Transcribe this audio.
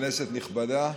כנסת נכבדה,